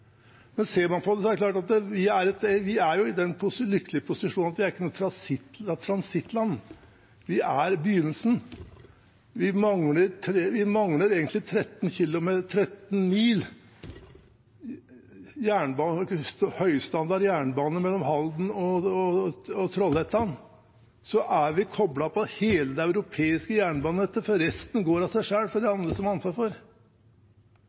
Vi er jo i den lykkelige posisjonen at vi ikke er et transittland; vi er begynnelsen. Vi mangler egentlig bare 13 mil høystandard jernbane mellom Halden og Trollhättan – og så er vi koblet på hele det europeiske jernbanenettet, for resten går av seg selv fordi det er andre som har ansvar for det. Men vi har sagt, og det var også forutsetningen da vi drev og utredet dette med Oslo–Göteborg, at intercitys ytterpunkter også er utgangspunktet for